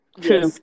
true